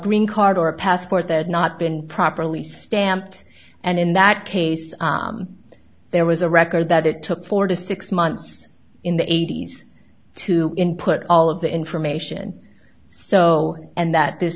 green card or a passport that not been properly stamped and in that case there was a record that it took four to six months in the eighty's to input all of the information so and that this